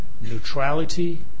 neutrality